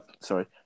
Sorry